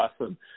awesome